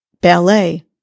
ballet